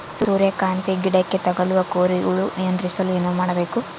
ಸೂರ್ಯಕಾಂತಿ ಗಿಡಕ್ಕೆ ತಗುಲುವ ಕೋರಿ ಹುಳು ನಿಯಂತ್ರಿಸಲು ಏನು ಮಾಡಬೇಕು?